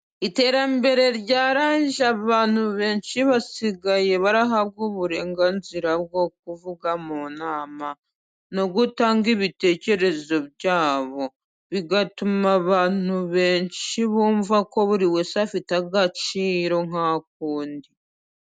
Iterambere ryaraje abantu benshi basigaye barahabwa uburenganzira bwo kuvuga mu nama, no gutanga ibitekerezo byabo, bigatuma abantu benshi bumva ko buri wese afite agaciro nka ko undi.